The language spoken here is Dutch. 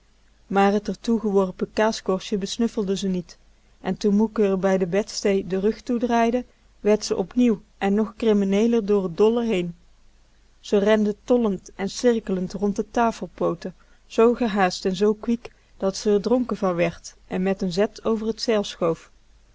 maar t r toegeworpen kaaskorstje besnuffelde ze niet en toen moeke r bij de bedstee den rug toedraaide werd ze opnieuw en nog krimmeneeler door t dolle heen ze rende tollend en cirklend rond de tafelpooten zoo gehaast en zoo kwiek dat ze r dronken van werd en met n zet over t zeil